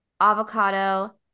avocado